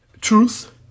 truth